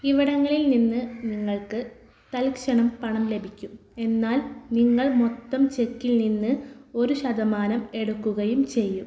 ഇവിടങ്ങളിൽ നിന്ന് നിങ്ങൾക്ക് തൽക്ഷണം പണം ലഭിക്കും എന്നാൽ നിങ്ങൾ മൊത്തം ചെക്കിൽ നിന്ന് ഒരു ശതമാനം എടുക്കുകയും ചെയ്യും